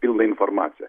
pilną informaciją